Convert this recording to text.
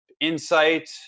insight